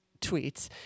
tweets